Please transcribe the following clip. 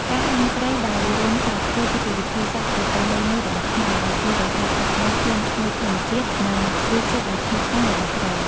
ការអាំងត្រីដោយរុំស្លឹកចេកគឺជាវិធីសាស្ត្រប្រពៃណីមួយរបស់ខ្មែរ ដែលជួយរក្សាទុកនូវក្លិនឈ្ងុយធម្មជាតិ និងរសជាតិដ៏ឈ្ងុយឆ្ងាញ់របស់ត្រី។